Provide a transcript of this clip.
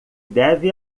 deve